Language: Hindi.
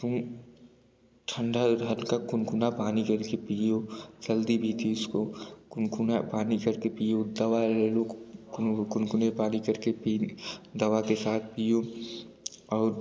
तुम ठंडा हल्का गुनगुना पानी लेके पीयो सर्दी भी थी उसको गुनगुना पानी करके पीयो दवा लेलो गुनगुने पानी करके पीन दवा के साथ पीयो और